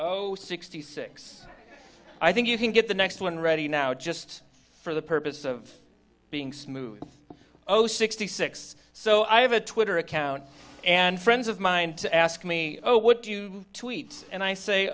oh sixty six i think you can get the next one ready now just for the purpose of being smooth zero sixty six so i have a twitter account and friends of mine to ask me oh what do you tweet and i say